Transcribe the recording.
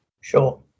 Sure